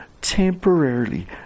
temporarily